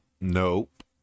Nope